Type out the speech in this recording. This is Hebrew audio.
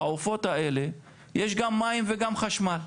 בעופות האלה יש גם מים וגם חשמל,